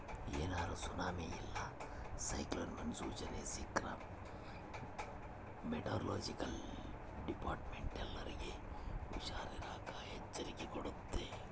ಏನಾರ ಸುನಾಮಿ ಇಲ್ಲ ಸೈಕ್ಲೋನ್ ಮುನ್ಸೂಚನೆ ಸಿಕ್ರ್ಕ ಮೆಟೆರೊಲೊಜಿಕಲ್ ಡಿಪಾರ್ಟ್ಮೆಂಟ್ನ ಎಲ್ಲರ್ಗೆ ಹುಷಾರಿರಾಕ ಎಚ್ಚರಿಕೆ ಕೊಡ್ತತೆ